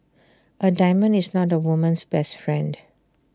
A diamond is not A woman's best friend